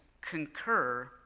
concur